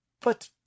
But